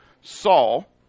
Saul